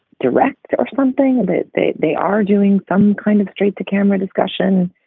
direct or something that they they are doing some kind of straight to camera discussion.